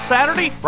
Saturday